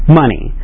money